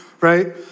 right